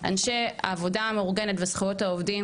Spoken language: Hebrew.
אנשי העבודה המאורגנת וזכויות העובדים,